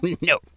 no